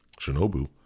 Shinobu